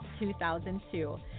2002